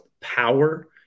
power